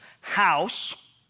house